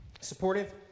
supportive